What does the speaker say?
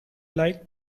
like